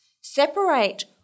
Separate